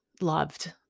loved